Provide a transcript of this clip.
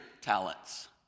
talents